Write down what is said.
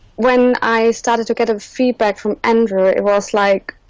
when i started to get a feedback from andrew it was like